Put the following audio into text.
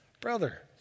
brother